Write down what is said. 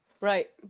Right